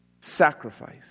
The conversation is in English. sacrifice